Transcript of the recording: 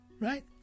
Right